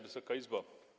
Wysoka Izbo!